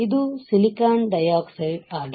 ಇದು silicon dioxide ಆಗಿದೆ